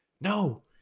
No